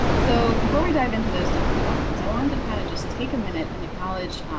so before we dive into those different platforms. i wanted to kind of just take a minute and acknowledge